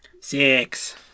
Six